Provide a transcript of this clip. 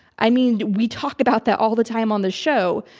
i mean, we talk about that all the time on the show.